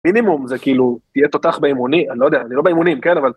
מינימום זה כאילו תהיה תותח באימונים, אני לא יודע, אני לא באימונים, כן אבל...